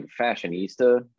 fashionista